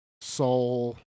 soul